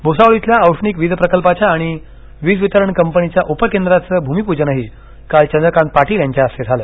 भुसावळ इथल्या औष्णिक वीज प्रकल्पाच्या आणि वीज वितरण कंपनीच्या उपकेंद्रांच्या भूमिपूजनही काल चंद्रकांत पाटील यांच्या हस्ते झालं